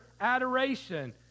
adoration